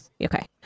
Okay